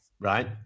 right